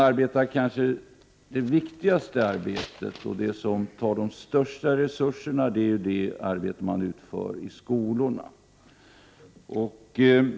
Det kanske viktigaste arbetet, som också förbrukar de största resurserna, är det arbete som utförs i skolorna.